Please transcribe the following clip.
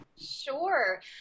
Sure